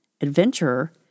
adventurer